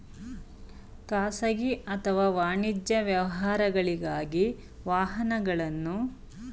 ಖಾಸಗಿ ಅಥವಾ ವಾಣಿಜ್ಯ ವ್ಯವಹಾರಗಳಿಗಾಗಿ ವಾಹನಗಳನ್ನು ಕೊಂಡುಕೊಳ್ಳಲು ಪಡೆಯುವ ಸಾಲವನ್ನು ಆಟೋ ಲೋನ್ ಎನ್ನುತ್ತಾರೆ